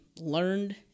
learned